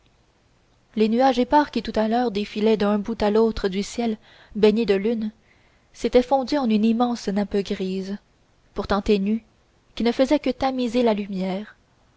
les nuages épars qui tout à l'heure défilaient d'un bout à l'autre du ciel baigné de lune s'étaient fondus en une immense nappe grise pourtant ténue qui ne faisait que tamiser la lumière